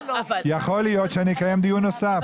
יכול להיות שאני אקיים דיון נוסף.